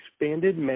expanded